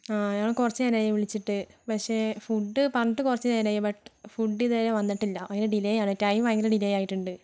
ആ ഞങ്ങൾ കുറച്ച് നേരമായി വിളിച്ചിട്ട് പക്ഷേ ഫുഡ് പറഞ്ഞിട്ട് കുറച്ച് നേരമായി ബട്ട് ഫുഡ് ഇതുവരെ വന്നിട്ടില്ല ഭയങ്കര ഡിലെ ആണ് ടൈം ഭയങ്കര ഡിലെ ആയിട്ടുണ്ട്